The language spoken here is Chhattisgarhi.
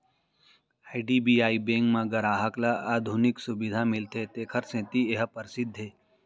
आई.डी.बी.आई बेंक म गराहक ल आधुनिक सुबिधा मिलथे तेखर सेती ए ह परसिद्ध हे